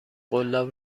قلاب